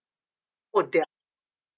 oh they're